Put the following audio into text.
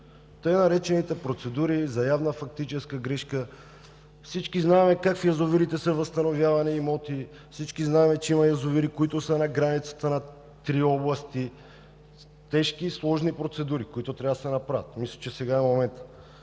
Така наречените процедури за явна фактическа грешка – всички знаем как в язовирите са възстановявани имоти, всички знаем, че има язовири, които са на границата на три области. Тежки, сложни процедури, които трябва да се направят – мисля, че сега е моментът.